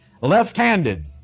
left-handed